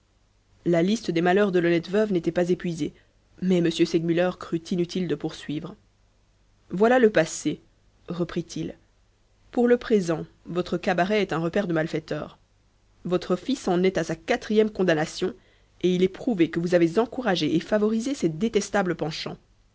la liste des malheurs de l'honnête veuve n'était pas épuisée mais m segmuller crut inutile de poursuivre voilà le passé reprit-il pour le présent votre cabaret est un repaire de malfaiteurs votre fils en est à sa quatrième condamnation et il est prouvé que vous avez encouragé et favorisé ses détestables penchants